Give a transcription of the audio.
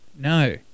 No